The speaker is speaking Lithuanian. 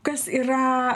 kas yra